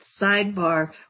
sidebar